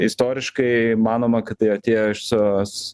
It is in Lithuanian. istoriškai manoma kad tai atėjo iš tos